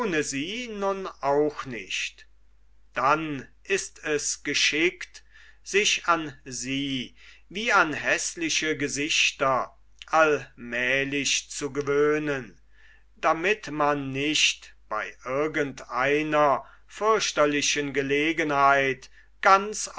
auch nicht dann ist es geschickt sich an sie wie an häßliche gesichter allmälig zu gewöhnen damit man nicht bei irgend einer fürchterlichen gelegenheit ganz